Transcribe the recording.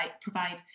provide